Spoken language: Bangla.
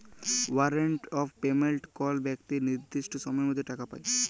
ওয়ারেন্ট অফ পেমেন্ট কল বেক্তি লির্দিষ্ট সময়ের মধ্যে টাকা পায়